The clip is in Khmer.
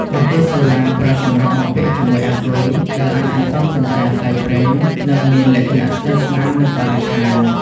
បន្ទះសូឡាប្រើសម្រាប់បំពាក់ជាមួយអាគុយ ដែលអាចសន្សំសំចៃថ្លៃប្រេង និងមានលក្ខណៈស្និទ្ធស្នាលនឹងបរិស្ថាន។